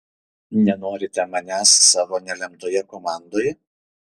nenorite manęs savo nelemtoje komandoje